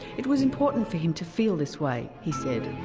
it was important for him to feel this way, he said.